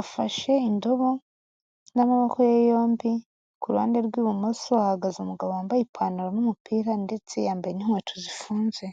afashe indobo n'amaboko ye yombi, ku ruhande rw'ibumoso hahagaze umugabo wambaye ipantaro n'umupira, ndetse yambaye n'inkweto zifunze.